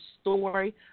story